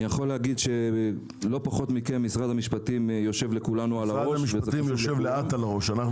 אני יכול להגיד שמשרד המשפטים יושב לכולנו על הראש לא פחות מכם.